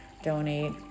donate